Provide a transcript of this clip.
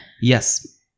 Yes